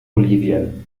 bolivien